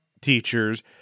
teachers